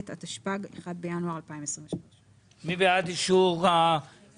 התשפ"ג (1 בינואר 2023). מי בעד אישור ההחלטה?